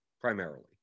primarily